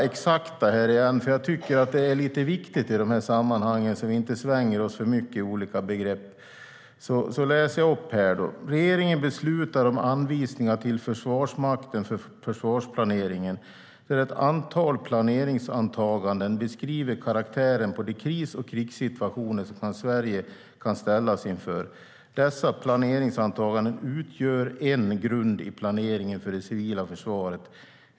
Jag tycker att det är lite viktigt i de här sammanhangen att vi är exakta och inte svänger oss för mycket med olika begrepp, så jag vill läsa ur mitt svar: "Regeringen beslutar om anvisningar till Försvarsmakten för försvarsplaneringen, där ett antal planeringsantaganden beskriver karaktären på de kris och krigssituationer som Sverige kan ställas inför. Dessa planeringsantaganden utgör en grund i planeringen för det civila försvaret."